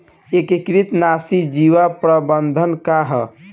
एकीकृत नाशी जीव प्रबंधन का ह?